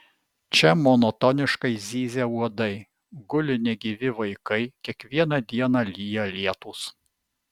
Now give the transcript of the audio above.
čia monotoniškai zyzia uodai guli negyvi vaikai kiekvieną dieną lyja lietūs